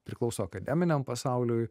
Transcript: priklauso akademiniam pasauliui